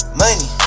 money